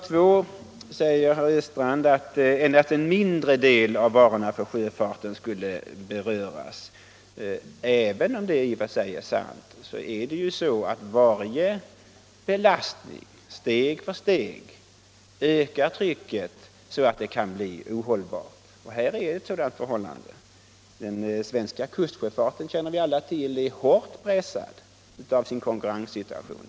Vidare säger herr Östrand att endast en mindre del av de varor som transporteras till sjöss skulle beröras. Även om det i och för sig är sant ökar varje belastning steg för steg trycket så att det hela kan bli ohållbart. Det här är ett sådant förhållande. Den svenska kustsjöfarten är — det känner vi alla till — hårt pressad av sin konkurrenssituation.